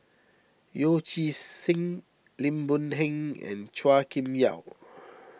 Yee Chia Hsing Lim Boon Heng and Chua Kim Yeow